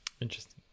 Interesting